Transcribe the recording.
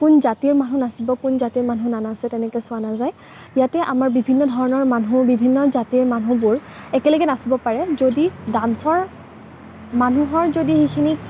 কোন জাতিৰ মানুহে নাচিব কোন জাতিৰ মানুহে নানাচে তেনেকৈ চোৱা নাযায় ইয়াতে আমাৰ বিভিন্ন ধৰণৰ মানুহ বিভিন্ন জাতিৰ মানুহবোৰে একেলগে নাচিব পাৰে যদি ডান্সৰ মানুহ হয় যদি সেইখিনি